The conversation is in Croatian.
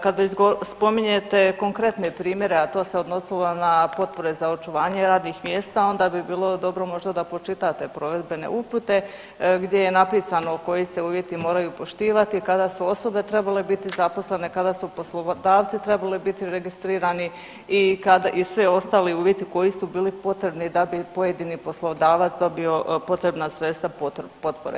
Kad već spominjete konkretne primjere, a to se odnosilo na potpore za očuvanje radnih mjesta onda bi bilo dobro možda da pročitate provedbene upute gdje je napisano koji se uvjeti moraju poštivati, kada su osobe trebale biti zaposlene, kada su poslodavci trebali biti registrirani i svi ostali uvjeti koji su bili potrebni da bi pojedini poslodavac dobio potrebna sredstva potpore.